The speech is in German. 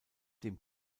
dem